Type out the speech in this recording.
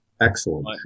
Excellent